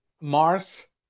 mars